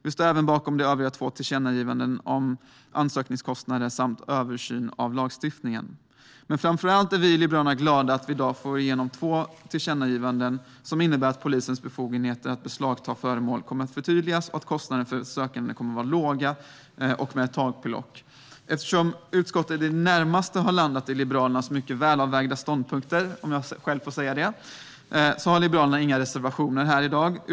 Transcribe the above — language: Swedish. Vi står även bakom de övriga två tillkännagivandena om ansökningskostnader samt en översyn av lagstiftningen. Framför allt är vi i Liberalerna glada att vi i dag får igenom två tillkännagivanden som innebär att polisens befogenheter att beslagta föremål kommer att förtydligas och att kostnaderna för sökanden kommer att vara låga samt ha ett takbelopp. Eftersom utskottet i det närmaste har landat i Liberalernas - om jag själv får säga det - mycket väl avvägda ståndpunkter har Liberalerna inga reservationer här i dag.